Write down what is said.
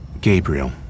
Gabriel